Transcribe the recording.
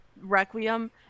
Requiem